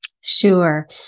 Sure